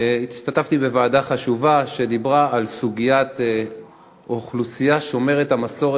בישיבת ועדה חשובה על סוגיית האוכלוסייה שומרת המסורת